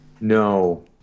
No